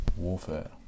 Warfare